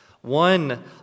one